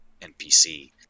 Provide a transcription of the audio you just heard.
NPC